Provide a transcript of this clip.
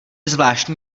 zvláštní